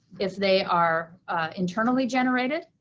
if they are internally generated,